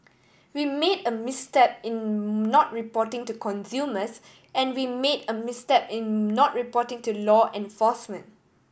we made a misstep in not reporting to consumers and we made a misstep in not reporting to law enforcement